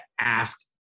ask